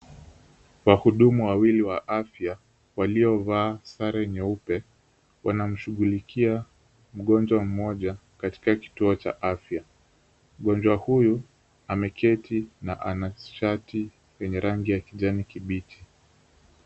Wahudumu wawili wa afya waliovaa sare nyeupe wanamshughlikia mgonjwa mmoja katika kituo cha afya , mgonjwa huyu ameketi na ana shati yenye rangi ya kijani kibichi.